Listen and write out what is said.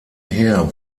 heer